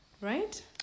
right